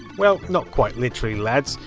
well, not quite literally lads,